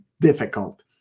difficult